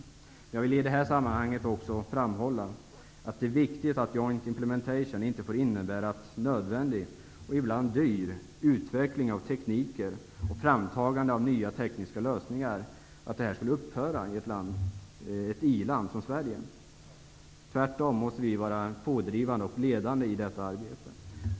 Men jag vill i det här sammanhanget också framhålla att det är viktigt att ''joint implementation'' inte får innebära att nödvändig, och ibland dyr, utveckling av tekniker och framtagande av nya tekniska lösningar upphör i ett i-land som Sverige. Tvärtom måste vi vara pådrivande och ledande i detta arbete.